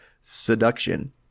seduction